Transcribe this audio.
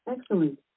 Excellent